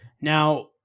Now